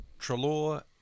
Trelaw